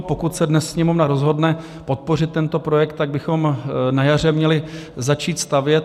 Pokud se dnes Sněmovna rozhodne podpořit tento projekt, tak bychom na jaře měli začít stavět.